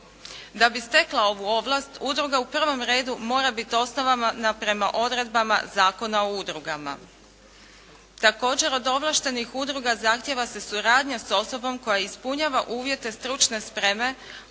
Da bi stekla ovu ovlast udruga u prvom redu mora biti osnovna prema odredbama Zakona o udrugama. Također od ovlaštenih udruga zahtjeva se suradnja sa osobom koja ispunjava uvjete stručne spreme,